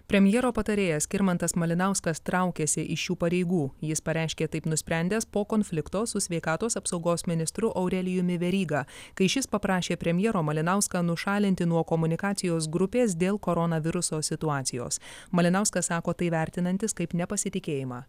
premjero patarėjas skirmantas malinauskas traukiasi iš šių pareigų jis pareiškė taip nusprendęs po konflikto su sveikatos apsaugos ministru aurelijumi veryga kai šis paprašė premjero malinauską nušalinti nuo komunikacijos grupės dėl koronaviruso situacijos malinauskas sako tai vertinantis kaip nepasitikėjimą